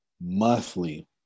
Monthly